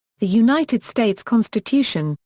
the united states constitution,